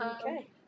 Okay